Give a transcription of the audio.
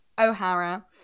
O'Hara